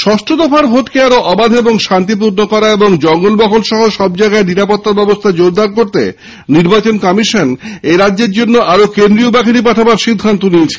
ষষ্ঠ দফার ভোটকে আরও অবাধ ও শান্তিপূর্ণ করা এবং জঙ্গলমহল সহ সব জায়গায় নিরাপত্তা ব্যবস্হা জোরদার করতে নির্বাচন কমিশন এরাজ্যের জন্যে আরও কেন্দ্রীয় বাহিনী পাঠানোর সিদ্ধান্ত নিয়েছে